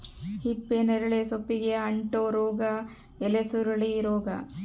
ಹಿಪ್ಪುನೇರಳೆ ಸೊಪ್ಪಿಗೆ ಅಂಟೋ ರೋಗ ಎಲೆಸುರುಳಿ ರೋಗ